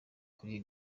kuri